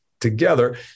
together